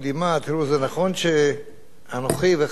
תראו, זה נכון שאנוכי וחברי